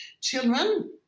children